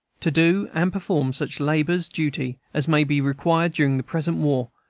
to do and perform such laborer's duty as may be required during the present war,